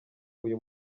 uyu